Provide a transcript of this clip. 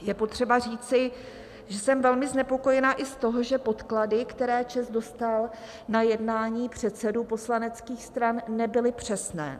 Je potřeba říci, že jsem velmi znepokojena i z toho, že podklady, které ČEZ dostal na jednání předsedů poslaneckých stran, nebyly přesné.